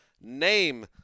Name